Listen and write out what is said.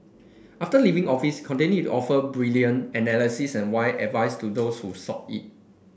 after leaving office continued to offer brilliant analysis and wise advice to those who sought it